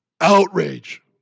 Outrage